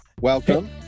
Welcome